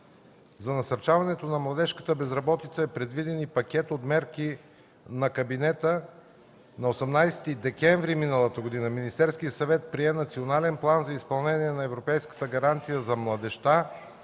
За насърчаването на младежката безработица е предвиден и пакет от мерки на кабинета – на 18 декември миналата година Министерският съвет прие Национален план за изпълнение на европейската гаранция за младежта.